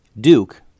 Duke